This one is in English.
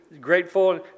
grateful